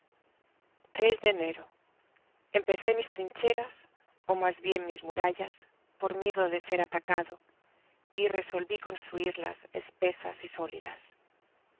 de enero empecé mis trincheras ó mas bien mis murallas por miedo de ser atacado y resolví construirlas espesas y sólidas